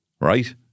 Right